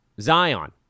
Zion